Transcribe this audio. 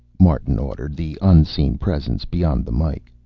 martin ordered the unseen presence beyond the mike.